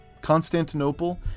Constantinople